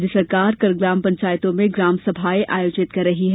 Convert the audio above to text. प्रदेश सरकार कल ग्राम पंचायतों में ग्राम सभाएँ आयोजित कर रही है